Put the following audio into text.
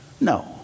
No